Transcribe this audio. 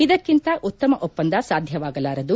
ಇದಕ್ಕಿಂತ ಉತ್ತಮ ಒಪ್ಪಂದ ಸಾಧ್ಯವಾಗಲಾರದು